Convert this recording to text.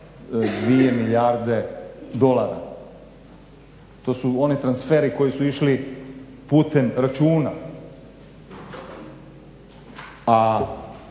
milijarde dolara. To su oni transferi koji su išli putem računa. A